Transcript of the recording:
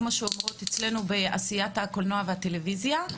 כמו שאומרות אצלנו בתעשיית הקולנוע והטלוויזיה,